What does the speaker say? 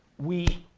we